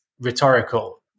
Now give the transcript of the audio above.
rhetorical